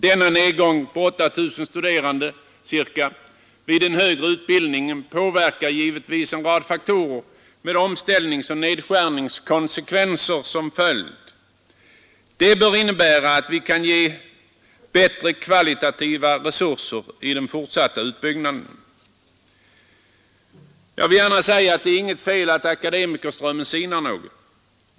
Denna nedgång med ca 8000 studerande vid den högre utbildningen påverkar givetvis en rad faktorer med omställningsoch nedskärningskonsekvenser som följd. Det bör innebära att vi kan ge bättre kvalitativa resurser i den fortsatta utbyggnaden. Det är inget fel att akademikerströmmen sinar något.